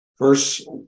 Verse